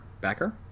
Backer